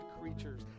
creatures